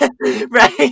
Right